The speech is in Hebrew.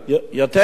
יותר זול.